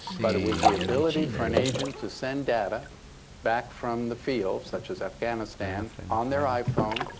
but it was the ability for an agent to send data back from the field, such as afghanistan, on their iphone,